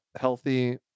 healthy